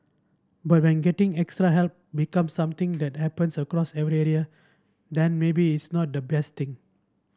but when getting extra help becomes something that happens across every area then maybe it's not the best thing